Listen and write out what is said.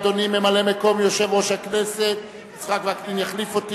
אדוני ממלא-מקום יושב-ראש הכנסת יצחק וקנין יחליט,